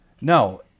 no